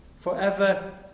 Forever